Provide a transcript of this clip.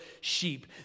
sheep